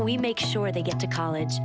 we make sure they get to college